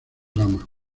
gama